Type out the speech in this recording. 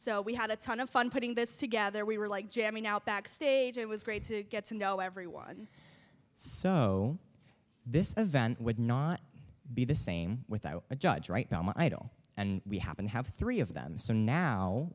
so we had a ton of fun putting this together we were like jamming out backstage it was great to get to know everyone so this event would not be the same without a judge right now my idol and we happen to have three of them so now